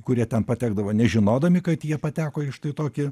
kurie ten patekdavo nežinodami kad jie pateko į štai tokį